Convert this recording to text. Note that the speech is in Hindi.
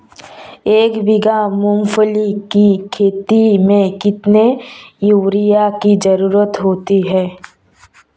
एक बीघा मूंगफली की खेती में कितनी यूरिया की ज़रुरत होती है?